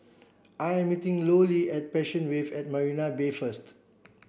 I am meeting Lollie at Passion Wave at Marina Bay first